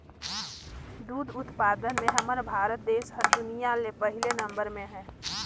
दूद उत्पादन में हमर भारत देस हर दुनिया ले पहिले नंबर में हे